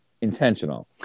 intentional